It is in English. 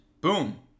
boom